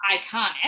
iconic